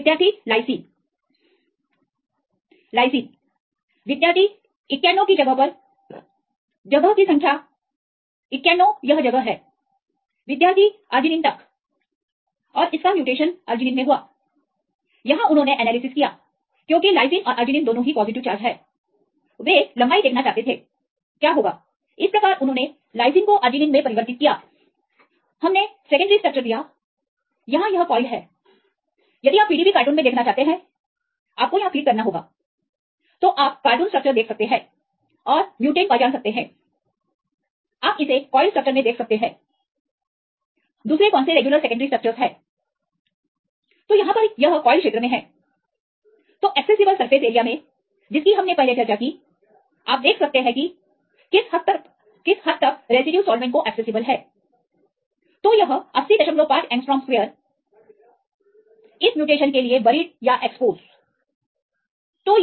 विद्यार्थी lysine lysine जगह की संख्या91 यह जगह है विद्यार्थी अर्जिनिन तक और इसका म्यूटेशन अर्जिनिन में हुआ यहां उन्होंने एनालिसिस किया क्योंकि लाइसीनऔरअर्जिनिन दोनों ही पॉजिटिव चार्ज है वह लंबाई देखना चाहते थे क्या होगाइस प्रकार उन्होंने लाइसीन को अर्जिनिन में परिवर्तित किया हमने सेकेंडरी स्ट्रक्चर दिया यहां यह कॉइल है यदि आप PDB कार्टून में देखना चाहते हैं आपको यहां क्लिक करना होगा तो आप कार्टून स्ट्रक्चर देख सकते हैं और म्युटेंट को पहचान सकते हैं आप इसे कॉइल्ड स्ट्रक्चर मे देख सकते हैं दूसरे कौन से रेगुलर सेकेंडरी स्ट्रक्चर्स है तोयहां यह कॉइल क्षेत्र में है तो एक्सेसिबल सरफेस एरिया में जिसकी हमने पहले चर्चा की आप देख सकते हैं कि किस हद तक रेसिड्यू सॉल्वेंट को एक्सेसिबल है तो यह 805 एगस्ट्रोम स्क्वेयर इस म्यूटेशन के लिए बरीड या सतह पर